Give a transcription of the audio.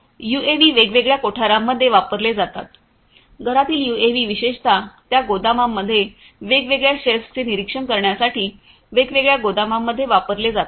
UAV वेगवेगळ्या कोठारांमध्ये वापरले जातात घरातील यूएव्ही विशेषत त्या गोदामांमध्ये वेगवेगळ्या शेल्फ्सचे निरीक्षण करण्यासाठी वेगवेगळ्या गोदामांमध्ये वापरले जातात